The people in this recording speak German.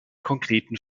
konkreten